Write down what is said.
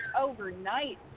overnight